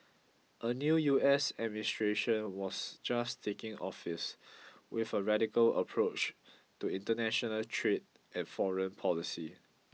a new U S administration was just taking office with a radical approach to international trade and foreign policy